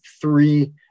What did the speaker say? three